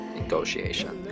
negotiation